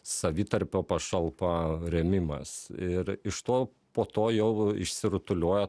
savitarpio pašalpa rėmimas ir iš to po to jau išsirutuliojo